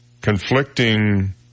conflicting